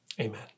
amen